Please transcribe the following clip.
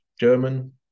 german